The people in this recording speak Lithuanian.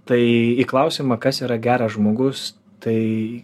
tai į klausimą kas yra geras žmogus tai